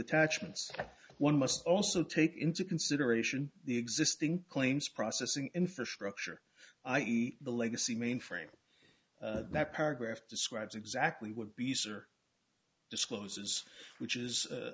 attachments one must also take into consideration the existing claims processing infrastructure i e the legacy mainframe that paragraph describes exactly would be nice or discloses which is